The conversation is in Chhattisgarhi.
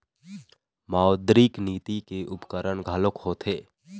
मौद्रिक नीति के उपकरन घलोक होथे